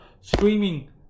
streaming